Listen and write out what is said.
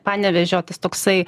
panevėžio tas toksai